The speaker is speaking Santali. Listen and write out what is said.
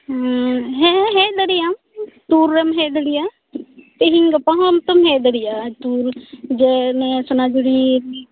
ᱦᱩᱸ ᱦᱮᱸ ᱦᱮᱡ ᱫᱟᱲᱮᱭᱟᱜᱼᱟᱢ ᱴᱩᱨᱮᱢ ᱦᱮᱡ ᱫᱟᱲᱮᱭᱟᱜᱼᱟᱢ ᱛᱮᱦᱮᱧᱼᱜᱟᱯᱟ ᱦᱚᱸᱢ ᱦᱮᱡ ᱫᱟᱲᱮᱭᱟᱜᱼᱟ ᱴᱩᱨ ᱡᱮ ᱱᱤᱭᱟᱹ ᱥᱚᱱᱟᱡᱷᱩᱨᱤ